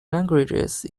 languages